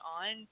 on